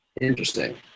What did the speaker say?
Interesting